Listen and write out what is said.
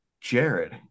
Jared